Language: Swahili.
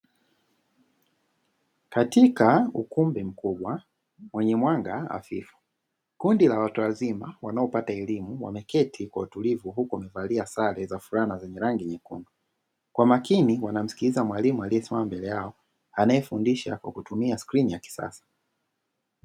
Katika ukumbi mkubwa wenye mwanga hafifu kundi la watu wazima wanaopata elimu wameketi kwa utulivu huko wakivalia sare zenye rangi nyekundu kwa makini wanamsikiliza mwalimu aliyesimama mbele yao anayefundisha kwa kutumia skrini ya kisasa.